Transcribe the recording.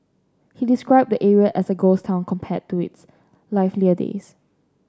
he described the area as a ghost town compared to its livelier days